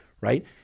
right